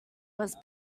was